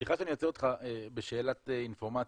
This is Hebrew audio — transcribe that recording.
סליחה שאני עוצר אותך בשאלת אינפורמציה.